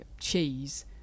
cheese